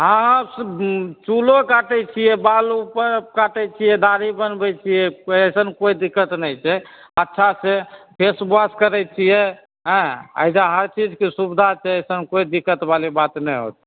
हाँ शुद्दु चूलो काटै छियै बालो उपर काटै छियै दाढ़ी बनबै छियै अइसन कोइ दिक्कत नहि छै अच्छासे फेसवाश करै छियै हेँ एहिजा हरचीजके सुबिधा छै एहिठाम कोइ दिक्कतबाली बात नहि होतै